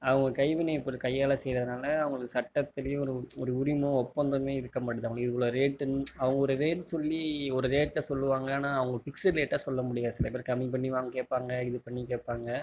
அவங்க கைவினை பொருள் கையால் செய்கிறனால அவங்களுக்கு சட்டத்திலேயும் ஒரு ஒரு உரிமம் ஒப்பந்தமே இருக்க மாட்டேது அவங்களுக்கு இவ்வளோ ரேட்டுன்னு அவங்க ஒரு ரேட் சொல்லி ஒரு ரேட்டை சொல்லுவாங்க ஆனால் அவங்க ஃபிக்ஸுடு ரேட்டாக சொல்ல முடியாது சில பேர் கம்மி பண்ணி வாங்கி கேட்பாங்க இது பண்ணியும் கேட்பாங்க